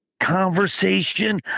Conversation